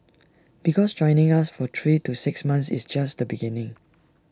because joining us for three to six months is just the beginning